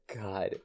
God